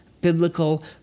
biblical